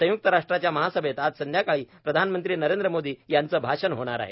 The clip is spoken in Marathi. संय्क्त राष्ट्राच्या महासभेत आज संध्याकाळी प्रधानमंत्री नरेंद्र मोदी यांचं भाषण होणार आहे